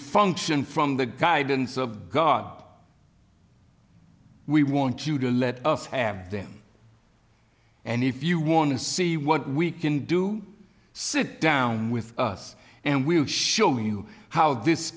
function from the guidance of god we want you to let us have them and if you want to see what we can do sit down with us and we'll show you how this